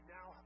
Now